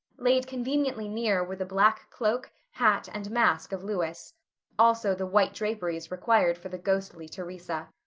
laid conveniently near were the black cloak, hat, and mask of louis also the white draperies required for the ghostly theresa.